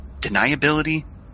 deniability